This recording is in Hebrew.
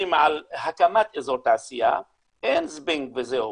על הקמת אזור תעשייה אין זבנג וזהו,